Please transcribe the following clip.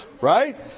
right